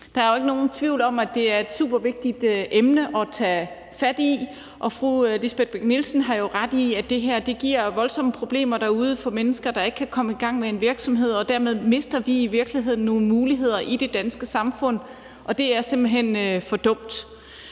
Der er jo ikke nogen tvivl om, at det er et supervigtigt emne at tage fat i, og fru Lisbeth Bech-Nielsen har jo ret i, at det her giver voldsomme problemer derude for mennesker, der ikke kan komme i gang med en virksomhed, og dermed mister vi i virkeligheden nogle muligheder i det danske samfund, og det er simpelt hen for dumt.